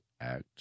act